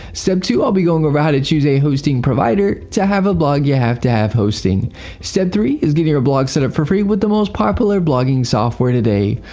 step two i'll be going over how to choose a hosting provider. to have a blog you have to have hosting. step three is getting your blog set up for free with the most popular blogging software today.